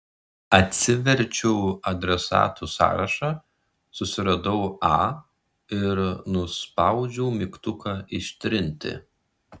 atsiverčiau adresatų sąrašą susiradau a ir nuspaudžiau mygtuką ištrinti